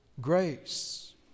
grace